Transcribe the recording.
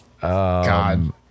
God